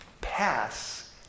pass